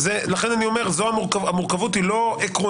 לכן אני אומר שהמורכבות היא לא עקרונית,